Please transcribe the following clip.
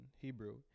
Hebrew